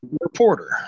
reporter